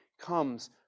comes